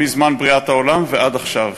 מזמן בריאת העולם ועד עכשיו.